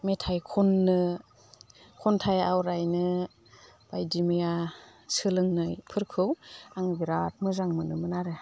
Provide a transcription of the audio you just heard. मेथाइ खननो खन्थाइ आवरायनो बायदि मैया सोलोंनोफोरखौ आं बिराद मोजां मोनोमोन आरो